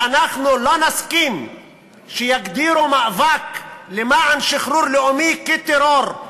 ואנחנו לא נסכים שיגדירו מאבק למען שחרור לאומי כטרור.